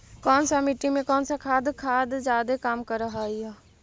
कौन सा मिट्टी मे कौन सा खाद खाद जादे काम कर हाइय?